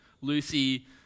Lucy